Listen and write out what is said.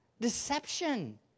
Deception